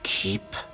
Keep